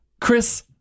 Chris